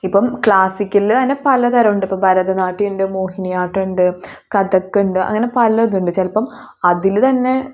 ഇപ്പം ക്ലാസിക്കലിൽ തന്നെ പലതരം ഉണ്ട് ഇപ്പം ഭരതനാട്യം ഉണ്ട് മോഹിനിയാട്ടം ഉണ്ട് കഥക് ഉണ്ട് അങ്ങനെ പലതുണ്ട് ചിലപ്പം അതിൽ തന്നെ